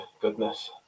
goodness